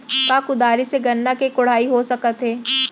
का कुदारी से गन्ना के कोड़ाई हो सकत हे?